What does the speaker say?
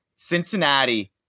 Cincinnati